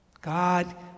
God